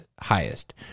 highest